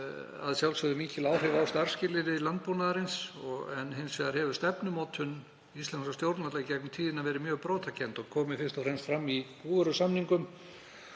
að sjálfsögðu mikil áhrif á starfsskilyrði landbúnaðarins en hins vegar hefur stefnumótun íslenskra stjórnvalda í gegnum tíðina verið mjög brotakennd og komið fyrst og fremst fram í búvörusamningum